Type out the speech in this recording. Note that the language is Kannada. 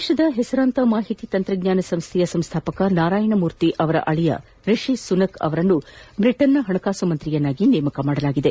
ಭಾರತದ ಹೆಸರಾಂತ ಮಾಹಿತಿ ತಂತ್ರಜ್ಞಾನ ಸಂಸ್ಥೆಯ ಸಂಸ್ಥಾಪಕ ನಾರಾಯಣ ಮೂರ್ತಿ ಅವರ ಅಳಿಯ ರಿಷಿ ಸುನಾಕ್ ಅವರನ್ನು ಬ್ರಿಟನ್ವಿನ ಹಣಕಾಸು ಸಚಿವರನ್ನಾಗಿ ನೇಮಿಸಲಾಗಿದೆ